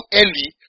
early